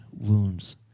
wounds